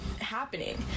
happening